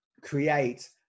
create